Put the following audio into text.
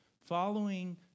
Following